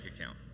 account